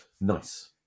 Nice